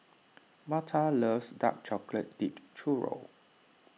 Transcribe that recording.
Marta loves Dark Chocolate Dipped Churro